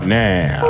now